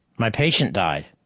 my patient died.